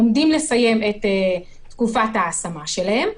הם עומדים לסיים את תקופת ההשמה שלהם,